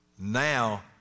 now